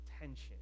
tension